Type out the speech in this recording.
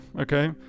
Okay